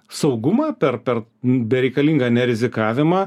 saugumą per per bereikalingą nerizikavimą